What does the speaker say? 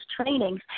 trainings